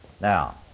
Now